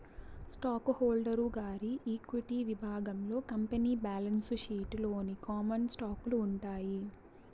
stock holder గారి equity విభాగంలో company balance sheet లోని కామన్ స్టాకులు ఉంటాయి